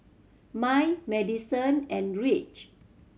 Mai Madison and Reece